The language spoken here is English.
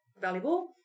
valuable